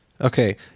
Okay